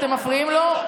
אתם מפריעים לו,